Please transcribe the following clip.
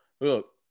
Look